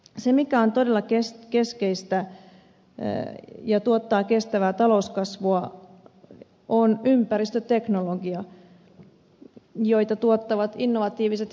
se mikä on todella keskeistä ja tuottaa kestävää talouskasvua on ympäristöteknologia jota tuottavat innovatiiviset pk yritykset